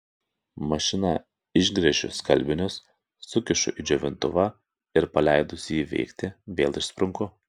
mašina išgręžiu skalbinius sukišu į džiovintuvą ir paleidusi jį veikti vėl išsprunku